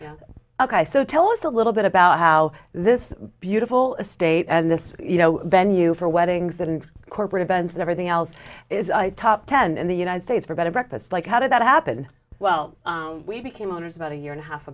in ok so tell us a little bit about how this beautiful estate and this you know venue for weddings and corporate events and everything else is top ten in the united states for better breakfast like how did that happen well we became owners about a year and